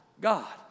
God